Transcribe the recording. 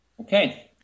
Okay